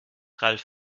ralf